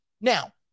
Now